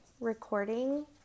recording